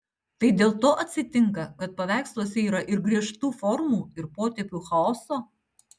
tai dėl to atsitinka kad paveiksluose yra ir griežtų formų ir potėpių chaoso